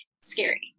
scary